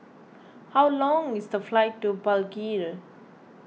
how long is the flight to Palikir